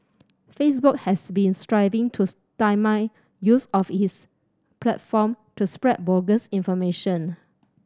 facebook has been striving to stymie use of its platform to spread bogus information